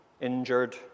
injured